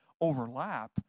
overlap